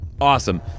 Awesome